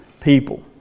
people